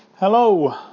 Hello